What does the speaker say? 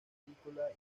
agrícola